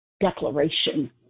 declaration